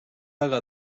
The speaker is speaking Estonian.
väga